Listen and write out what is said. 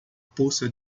poça